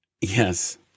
Yes